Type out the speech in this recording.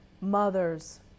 Mothers